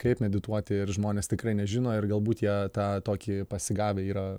kaip medituoti ir žmonės tikrai nežino ir galbūt jie tą tokį pasigavę yra